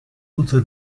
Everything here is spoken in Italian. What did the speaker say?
luther